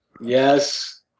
Yes